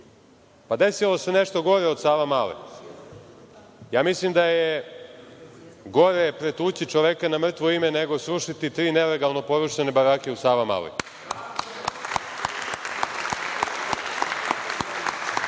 desilo se nešto gore od Savamale. Ja mislim da je gore pretući čoveka na mrtvo ime, nego srušiti tri nelegalno porušene barake u Savamaloj.